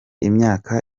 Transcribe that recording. imyaka